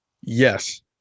yes